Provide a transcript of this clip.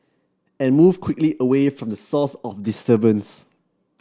and move quickly away from the source of disturbance